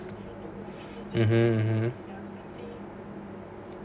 mmhmm